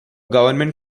government